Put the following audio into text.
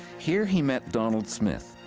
here he met donald smith,